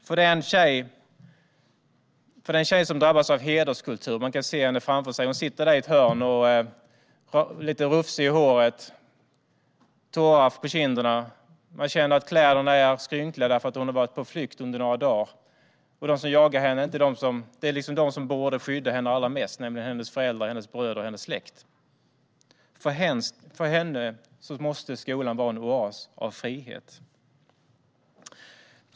För den tjej som drabbas av hederskultur - man kan se henne framför sig: hon sitter i ett hörn, lite rufsig, tårar på kinderna och kläderna är skrynkliga för att hon har varit på flykt några dagar, och de som jagar henne är de som borde skydda henne allra mest, nämligen hennes föräldrar, hennes bröder och hennes släkt - måste skolan vara en oas av frihet.